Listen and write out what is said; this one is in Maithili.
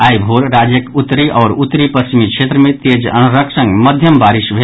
आई भोर राज्यक उत्तरी आओर उत्तरी पश्चिमी क्षेत्र मे तेज अन्हरक संग मध्यम बारिश भेल